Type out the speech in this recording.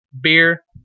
beer